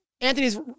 Anthony's